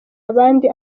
abandi